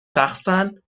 شخصا